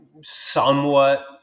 Somewhat